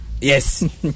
Yes